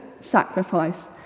sacrifice